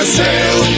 sail